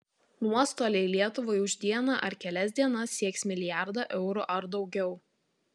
nuostoliai lietuvai už dieną ar kelias dienas sieks milijardą eurų ar daugiau